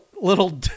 Little